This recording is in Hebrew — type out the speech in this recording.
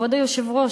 כבוד היושב-ראש,